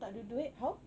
tak ada duit how